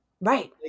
Right